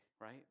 right